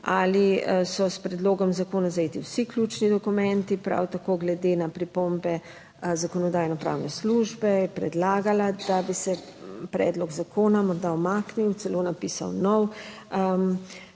ali so s predlogom zakona zajeti vsi ključni dokumenti, prav tako glede na pripombe Zakonodajno-pravne službe je predlagala, da bi sedlog zakona morda umaknil, celo napisal nov.